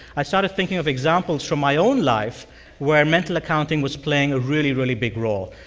i started thinking of examples from my own life where mental accounting was playing a really, really big role.